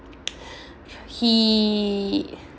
he